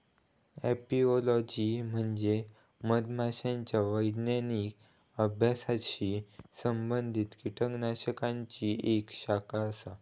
apiology म्हणजे मधमाशांच्या वैज्ञानिक अभ्यासाशी संबंधित कीटकशास्त्राची एक शाखा आसा